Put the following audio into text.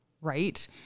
right